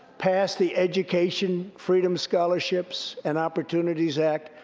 pass the education freedom scholarships and opportunities act,